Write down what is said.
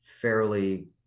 fairly